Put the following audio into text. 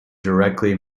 directly